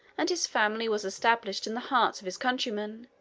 and his family was established in the hearts of his countrymen,